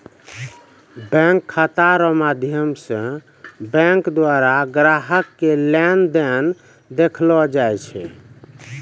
bank खाता रो माध्यम से बैंक द्वारा ग्राहक के लेन देन देखैलो जाय छै